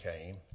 came